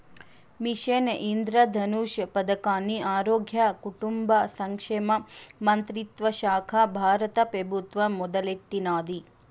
machine Indradhanush పదకాన్ని ఆరోగ్య, కుటుంబ సంక్షేమ మంత్రిత్వశాక బారత పెబుత్వం మొదలెట్టినాది